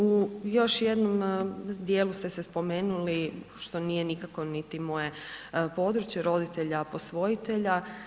U još jednom djelu ste se spomenuli, što nije nikako niti moje područje, roditelja posvojitelja.